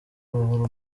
uruhu